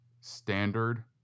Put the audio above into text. standard